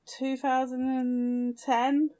2010